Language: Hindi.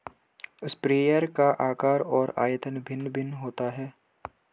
स्प्रेयर का आकार और आयतन भिन्न भिन्न होता है